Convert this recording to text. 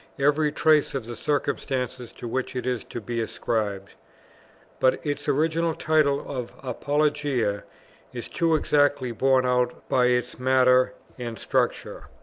every trace of the circumstances to which it is to be ascribed but its original title of apologia is too exactly borne out by its matter and structure,